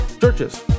Churches